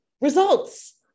results